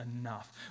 enough